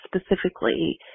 specifically